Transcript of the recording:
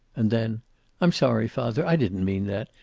and then i'm sorry, father, i didn't mean that.